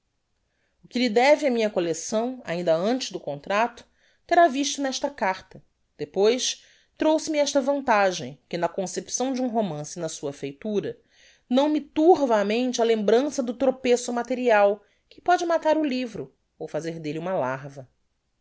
o que lhe deve a minha collecção ainda antes do contracto terá visto nesta carta depois trouxe-me esta vantagem que na concepção de um romance e na sua feitura não me turva a mente a lembrança do tropeço material que pode matar o livro ou fazer delle uma larva